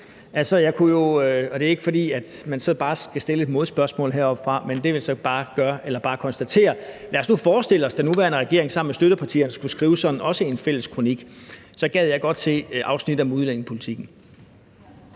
rigtig gode ting. Det er ikke, fordi man bare skal stille et modspørgsmål heroppefra, men det, som jeg så bare kan sige, er: Lad os nu forestille os den nuværende regering sammen med støttepartierne også skulle skrive sådan en fælles kronik, så gad jeg godt at se afsnittet om udlændingepolitikken.